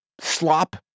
slop